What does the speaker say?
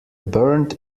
burned